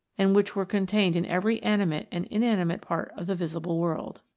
and which were contained in every animate and inanimate part of the visible world.